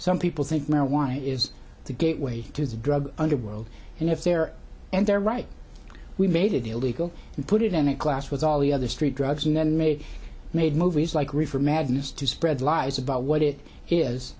some people think marijuana is to get way to the drug underworld and if there and they're right we made it illegal and put it in a class with all the other street drugs and then maybe made movies like reefer madness to spread lies about what it is